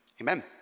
Amen